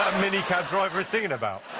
minicab driver is singing about.